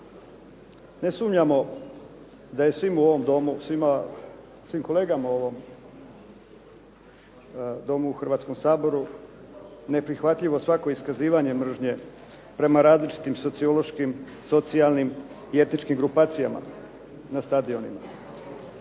kolegama u ovom domu, u Hrvatskom saboru neprihvatljivo svako iskazivanje mržnje prema različitim sociološkim, socijalnim i etničkim grupacijama na stadionima.